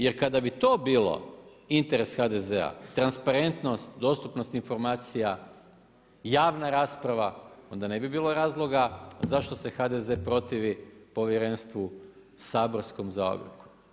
Jer kada bi to bilo interes HDZ-a, transparentnost, dostupnost informacija, javna rasprava, onda ne bi bilo razloga, zašto se HDZ protivi povjerenstva saborskom za Agrokor.